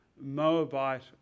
Moabite